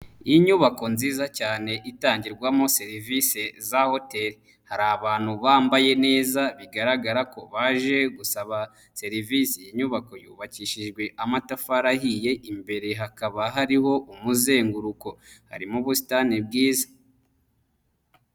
Inyubako nziza cyane itangirwamo serivisi za hoteli, hari abantu bambaye neza bigaragara ko baje gusaba serivisi, iyi nyubako yubakishijwe amatafari ahiye imbere hakaba hariho umuzenguruko, harimo ubusitani bwiza.